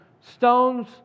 stones